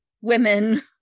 women